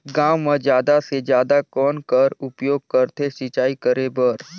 गांव म जादा से जादा कौन कर उपयोग करथे सिंचाई करे बर?